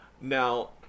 Now